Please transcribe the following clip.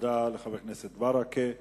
תודה לחבר הכנסת ברכה.